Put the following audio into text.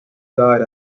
died